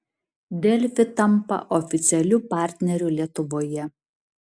delfi tampa oficialiu partneriu lietuvoje